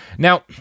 Now